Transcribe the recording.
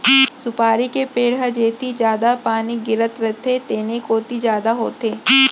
सुपारी के पेड़ ह जेती जादा पानी गिरत रथे तेन कोती जादा होथे